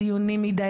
ציוני מדי.